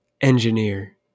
engineer